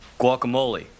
guacamole